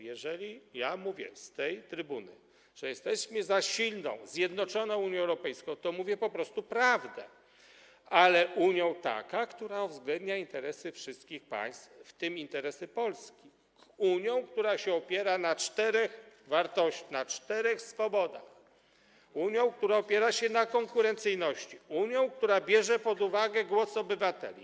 Jeżeli ja mówię z tej trybuny, że jesteśmy za silną, zjednoczoną Unią Europejską, to mówię po prostu prawdę, ale Unią taką, która uwzględnia interesy wszystkich państw, w tym interesy Polski, Unią, która opiera się na czterech swobodach, Unią, która opiera się na konkurencyjności, Unią, która bierze pod uwagę głos obywateli.